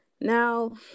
Now